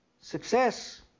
Success